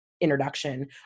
introduction